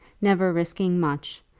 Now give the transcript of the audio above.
never risking much,